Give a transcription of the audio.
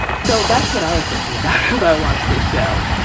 so that's what i was thinking about as i watched this show.